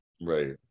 Right